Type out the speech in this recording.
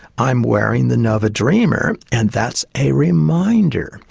i'm wearing the novadreamer, and that's a reminder,